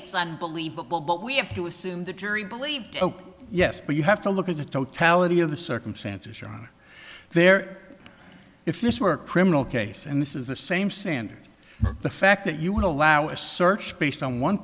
it's unbelievable but we have to assume the jury believed yes but you have to look at the totality of the circumstances around there if this were a criminal case and this is the same standard the fact that you would allow a search based on one